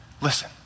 Listen